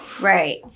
right